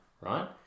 right